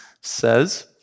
says